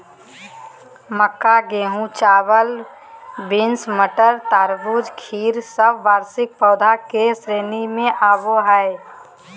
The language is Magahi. मक्का, गेहूं, चावल, बींस, मटर, तरबूज, खीर सब वार्षिक पौधा के श्रेणी मे आवो हय